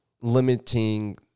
limiting